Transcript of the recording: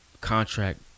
contract